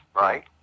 Right